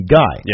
guy